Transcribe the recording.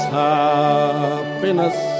happiness